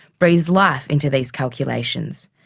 breathes life into these calculations.